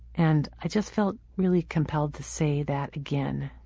and i just felt really compelled to say that again.